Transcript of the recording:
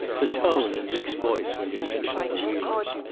the tone in dick's voice when he mentioned the wheelers.